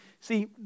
see